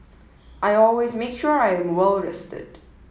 I always make sure I am well rested